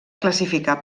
classificar